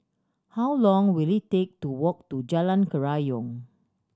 how long will it take to walk to Jalan Kerayong